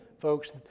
folks